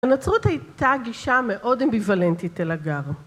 לנצרות הייתה גישה מאוד אמביוולנטית אל הגר.